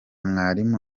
mwarimu